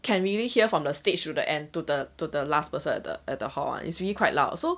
can really hear from the stage through the end to the to the last person at the at the hall one is really quite loud so